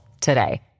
today